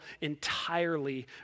entirely